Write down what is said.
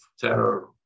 terror